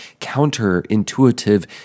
counterintuitive